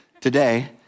today